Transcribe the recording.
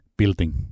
building